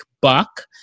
buck